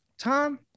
Tom